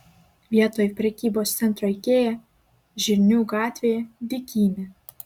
vietoj prekybos centro ikea žirnių gatvėje dykynė